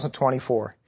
2024